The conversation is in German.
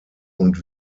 und